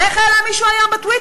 ואיך העלה מישהו היום בטוויטר?